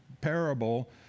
parable